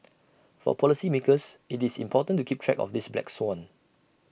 for policymakers IT is important to keep track of this black swan